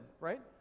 right